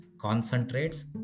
concentrates